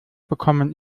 bekommen